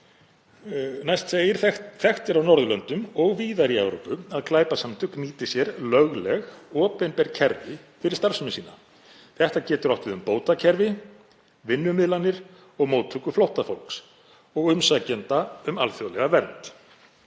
Næst segir: „Þekkt er á Norðurlöndum og víðar í Evrópu að glæpasamtök nýti sér lögleg/opinber kerfi fyrir starfsemi sína. Þetta getur átt við um bótakerfi, vinnumiðlanir og móttöku flóttafólks og umsækjenda um alþjóðlega vernd.“